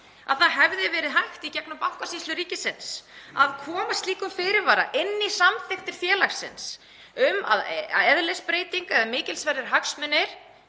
að það hefði verið hægt í gegnum Bankasýslu ríkisins að koma slíkum fyrirvara inn í samþykktir félagsins um að eðlisbreytingu eða mikilsverða hagsmuni